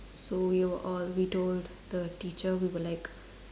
so we were all we told the teacher we were like